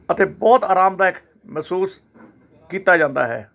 ਅਤੇ ਬਹੁਤ ਆਰਾਮਦਾਇਕ ਮਹਿਸੂਸ ਕੀਤਾ ਜਾਂਦਾ ਹੈ